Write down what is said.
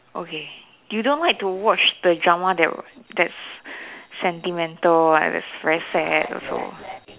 okay you don't like to watch the drama that that's sentimental and that's very sad also